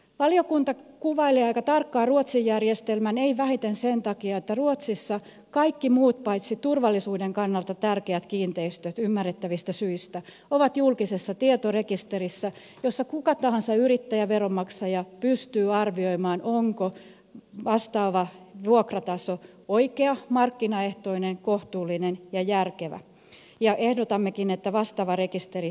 valiokunta kuvailee aika tarkkaan ruotsin järjestelmän ei vähiten sen takia että ruotsissa kaikki muut paitsi turvallisuuden kannalta tärkeät kiinteistöt ymmärrettävistä syistä ovat julkisessa tietorekisterissä jossa kuka tahansa yrittäjä tai veronmaksaja pystyy arvioimaan onko vastaava vuokrataso oikea markkinaehtoinen kohtuullinen ja järkevä ja ehdotammekin että vastaava rekisteri syntyy suomeen